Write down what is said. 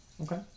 Okay